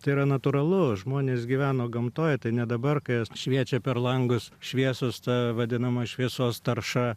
tai yra natūralu žmonės gyveno gamtoj tai ne dabar kai šviečia per langus šviesos ta vadinama šviesos tarša